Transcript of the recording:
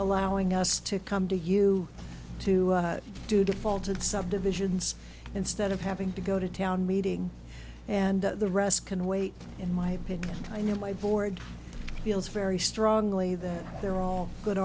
allowing us to come to you to do defaulted subdivisions instead of having to go to town meeting and the rest can wait in my opinion and i know my board feels very strongly that they're all good